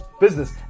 Business